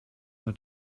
mit